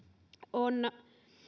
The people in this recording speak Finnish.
on